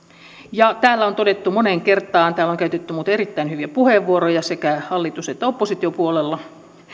täällä on todettu moneen kertaan täällä on käytetty muuten erittäin hyviä puheenvuoroja sekä hallitus että oppositiopuolella että